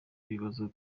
w’ibibazo